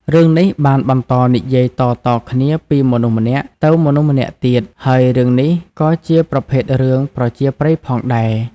រឿងនេះបានបន្តនិយាយតៗគ្នាពីមនុស្សម្នាក់ទៅមនុស្សម្នាក់ទៀត ហើយរឿងនេះក៏ជាប្រភេទរឿងប្រជាប្រិយផងដែរ។